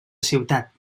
ciutat